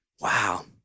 Wow